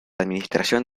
administración